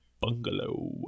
bungalow